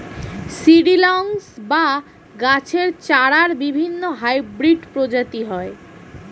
seedlings বা গাছের চারার বিভিন্ন হাইব্রিড প্রজাতি হয়